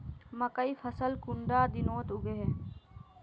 मकई फसल कुंडा दिनोत उगैहे?